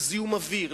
לזיהום אוויר,